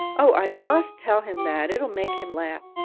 oh, i must tell him that it'll make him laugh.